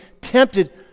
tempted